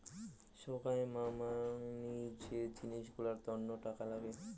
সোগায় মামাংনী যে জিনিস গুলার তন্ন টাকা লাগে